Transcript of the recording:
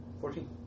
Fourteen